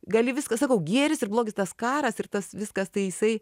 gali viską sakau gėris ir blogis tas karas ir tas viskas tai jisai